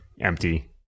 empty